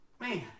man